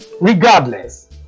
regardless